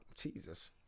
Jesus